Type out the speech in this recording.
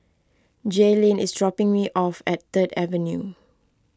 Jaelynn is dropping me off at Third Avenue